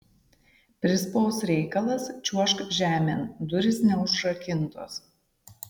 prispaus reikalas čiuožk žemėn durys neužrakintos